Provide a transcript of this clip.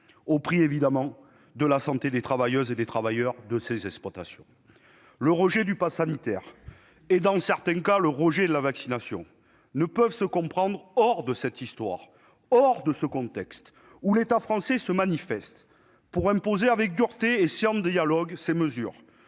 au prix de la santé des travailleuses et des travailleurs de ces exploitations. Le rejet du passe sanitaire et, dans certains cas, de la vaccination ne peut se comprendre hors de cette histoire, hors de ce contexte, où l'État français se manifeste pour imposer avec dureté et sans dialogue des mesures